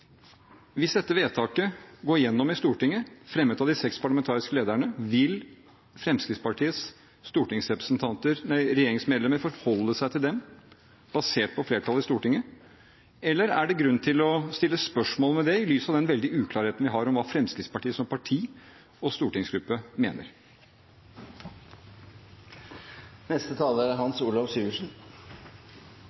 Hvis dette vedtaket går gjennom i Stortinget, fremmet av de seks parlamentariske lederne, vil Fremskrittspartiets regjeringsmedlemmer forholde seg til dem, basert på flertallet i Stortinget? Eller er det grunn til å stille spørsmål ved det, i lys av den veldige uklarheten vi har om hva Fremskrittspartiet som parti og stortingsgruppe mener? Først til spørsmålet om Syria-flyktninger. Fra Kristelig Folkepartis side er